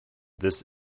this